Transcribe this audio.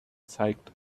zeigt